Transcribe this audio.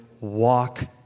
walk